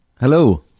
Hello